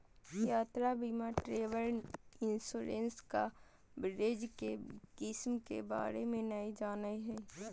यात्रा बीमा travel insurance coverage के किस्म के बारे में नय जानय हइ